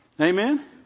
Amen